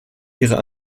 ihrer